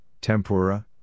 tempura